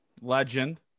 Legend